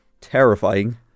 terrifying